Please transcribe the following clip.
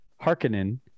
harkonnen